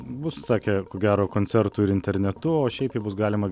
bus sakė ko gero koncertų ir internetu o šiaip jį bus galima